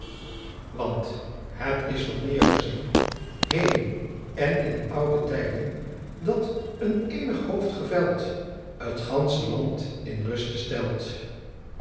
het is wel meer gezien heden en in oude tien dat een eenig hooft gevelt t gansche lant in ruste stelt